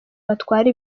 batwara